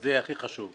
זה הכי חשוב.